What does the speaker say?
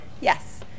Yes